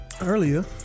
earlier